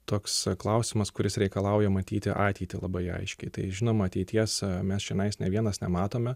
toks klausimas kuris reikalauja matyti ateitį labai aiškiai tai žinoma ateities mes čionais nė vienas nematome